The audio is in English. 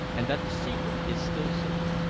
and that the secret is still safe.